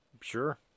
Sure